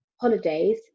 holidays